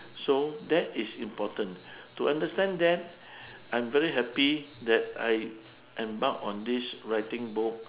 so that is important to understand them I'm very happy that I embark on this writing book